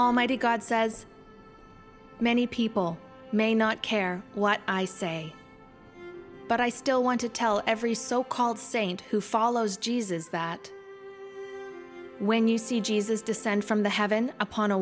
almighty god says many people may not care what i say but i still want to tell every so called saint who follows jesus that when you see jesus descend from the heaven upon a